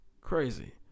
Crazy